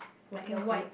working clothes